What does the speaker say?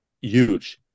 huge